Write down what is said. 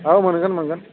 औ मोनगोन मोनगोन